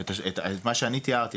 את מה שאני תיארתי,